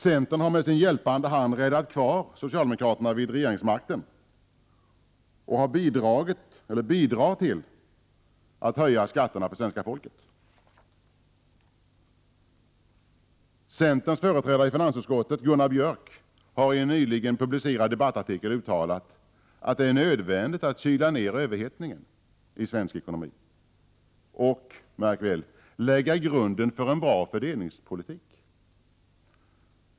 Centern har med sin hjälpande hand ”räddat kvar” socialdemokraterna vid regeringsmakten och bidrar därmed till att höja skatterna för svenska folket. Centerns företrädare i finansutskottet Gunnar Björk har i en nyligen publicerad debattartikel uttalat att det är nödvändigt att kyla ner överhettningen i svensk ekonomi och — märk väl — lägga grunden för en bra fördelningspolitik.